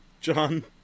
John